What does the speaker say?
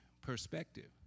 perspective